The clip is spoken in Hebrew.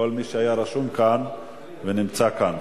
כל מי שרשום כאן ונמצא כאן.